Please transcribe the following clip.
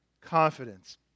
confidence